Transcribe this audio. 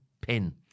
Pin